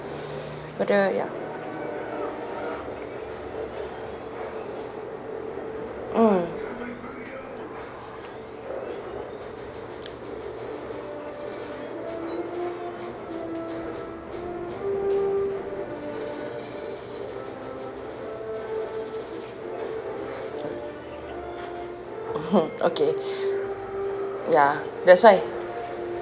for the ya mm okay ya that's why